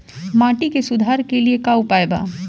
माटी के सुधार के लिए का उपाय बा?